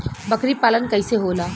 बकरी पालन कैसे होला?